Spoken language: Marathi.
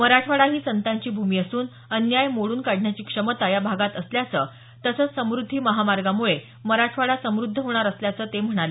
मराठवाडा ही संतांची भूमी असून अन्याय मोडून काढण्याची क्षमता या भागात असल्याचं तसंच समुद्धी महामार्गामुळे मराठवाडा समुद्ध होणार असल्याचं ते यावेळी म्हणाले